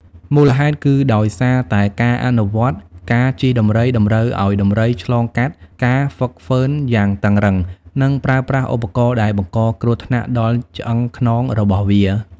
មូលហេតុគឺដោយសារតែការអនុវត្តការជិះដំរីតម្រូវឲ្យដំរីឆ្លងកាត់ ការហ្វឹកហ្វឺនយ៉ាងតឹងរ៉ឹង និងប្រើប្រាស់ ឧបករណ៍ដែលបង្កគ្រោះថ្នាក់ដល់ឆ្អឹងខ្នងរបស់វា។